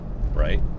right